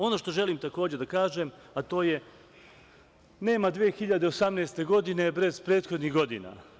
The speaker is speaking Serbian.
Ono što želim takođe da kažem a to je, nema 2018. godine bez prethodnih godina.